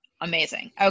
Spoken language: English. amazing